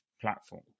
platform